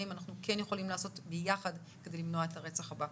אנחנו יכולים לעשות ביחד כדי למנוע את הרצח הבא.